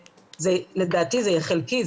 לדעתי זה יהיה חלקי,